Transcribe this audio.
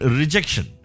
rejection